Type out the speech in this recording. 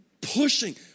Pushing